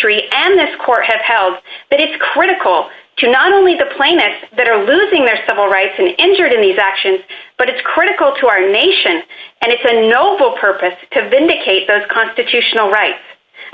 three and this court has held that it's critical to not only the plaintiffs that are losing their civil rights and injured in these actions but it's critical to our nation and it's a noble purpose to vindicate those constitutional rights